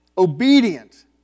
obedient